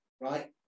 right